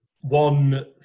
One